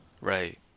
right